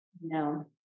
No